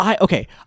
Okay